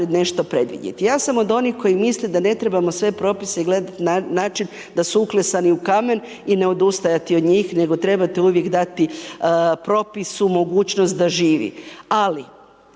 nešto predvidjeti, ja sam od onih koji misle da ne trebamo sve propise gledati na način da su uklesani u kamen i ne odustajati od njih, nego trebate uvijek dati propisu mogućnost da živi, ali